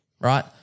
right